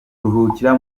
ruhukira